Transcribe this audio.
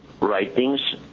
writings